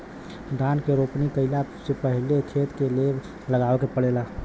धान के रोपनी कइला से पहिले खेत के लेव लगावे के पड़ेला